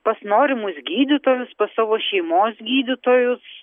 pas norimus gydytojus pas savo šeimos gydytojus